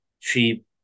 cheap